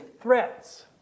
threats